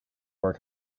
work